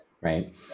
Right